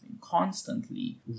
constantly